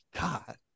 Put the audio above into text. God